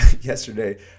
yesterday